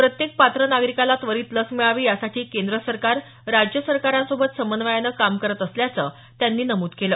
प्रत्येक पात्र नागरिकाला त्वरीत लस मिळावी यासाठी केंद्र सरकार राज्य सरकारांसोबत समन्वयानं काम करत असल्याचं त्यांनी नमूद केलं